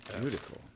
Beautiful